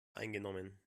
eingenommen